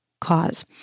cause